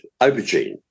aubergine